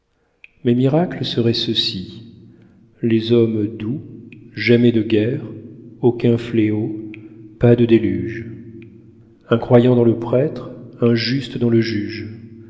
mes miracles seraient ceci les hommes doux jamais de guerre aucun fléau pas de déluge un croyant dans le prêtre un juste dans le juge